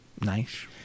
Nice